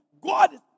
God